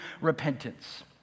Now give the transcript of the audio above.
repentance